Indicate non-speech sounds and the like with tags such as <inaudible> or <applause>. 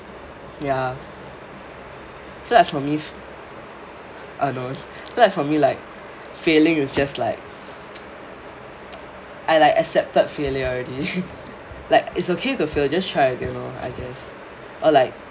ya so like for me if uh no so like for me like failure is just like <noise> I like accepted failure already <laughs> like is okay to fail just try again lor I guess or like